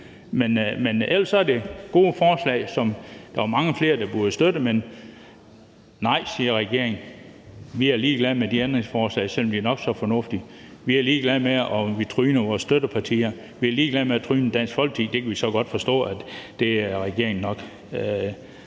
Men ellers er det gode forslag, som der var mange flere der burde støtte, men nej, siger regeringen: Vi er ligeglade med de ændringsforslag, selv om de er nok så fornuftige; vi er ligeglade med, om vi tryner vores støttepartier, og vi er ligeglade med at tryne Dansk Folkeparti. Det kan vi så godt forstå at regeringen nok